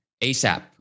ASAP